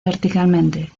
verticalmente